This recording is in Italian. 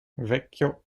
vecchio